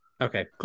Okay